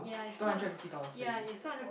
two hundred and fifty dollars per A_U